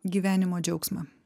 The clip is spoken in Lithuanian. gyvenimo džiaugsmą